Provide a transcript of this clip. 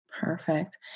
Perfect